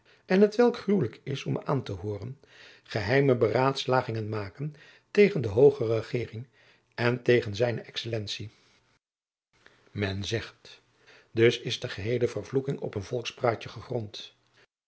en t welk gruwelijk is om aan te hooren geheime beraadslagingen maken tegen de hooge regeering en tegen zijne excellentie men zegt dus is de geheele vervloeking op een volkspraatje gegrond